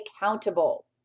accountable